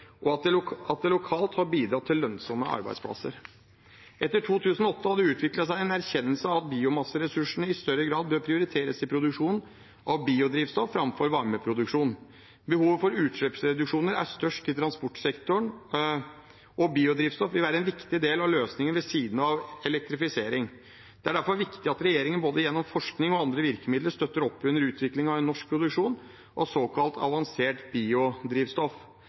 og at det lokalt har bidratt til lønnsomme arbeidsplasser. Etter 2008 har det utviklet seg en erkjennelse av at biomasseressursene i større grad bør prioriteres til produksjon av biodrivstoff framfor varmeproduksjon. Behovet for utslippsreduksjoner er størst i transportsektoren, og biodrivstoff vil være en viktig del av løsningen ved siden av elektrifisering. Det er derfor viktig at regjeringen både gjennom forskning og andre virkemidler støtter opp under utviklingen av en norsk produksjon av såkalt avansert biodrivstoff.